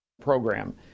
Program